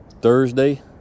Thursday